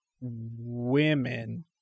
women